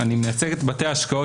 אני מייצג את בתי ההשקעות,